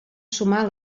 sumar